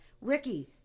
Ricky